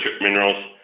minerals